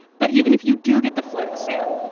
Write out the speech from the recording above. but even if you do get the flu, sam,